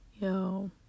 yo